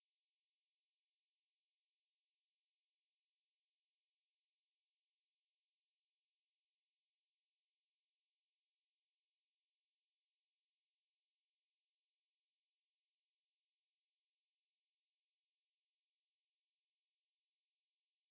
so இவன் வந்து:ivan vanthu err எந்த:entha message க்கும்:kkum reply பண்ணவே மாட்டான்:pannave maattaan then I'm like damn fed up obviously right so நான் வந்து சொன்னேன்:naan vanthu sonnen lah like cause I'm the only one messaging in the group right so I I I said lah oh I already submitted this one then அவன் வந்து சொல்றான்:avan vanthu solraan oh good job